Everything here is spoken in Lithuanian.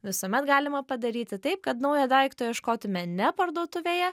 visuomet galima padaryti taip kad naujo daikto ieškotume ne parduotuvėje